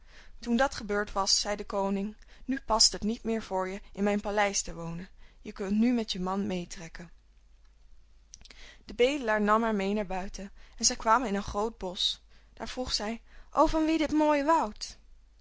toen dat gebeurd was zei de koning nu past het niet meer voor je in mijn paleis te wonen je kunt nu met je man mee trekken de bedelaar nam haar mee naar buiten en zij kwamen in een groot bosch daar vroeg zij o van wie dit mooie woud